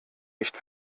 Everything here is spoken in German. nicht